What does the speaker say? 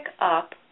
up